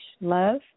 love